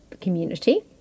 community